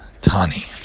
Tani